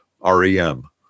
rem